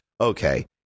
Okay